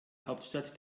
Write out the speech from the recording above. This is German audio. hauptstadt